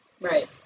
Right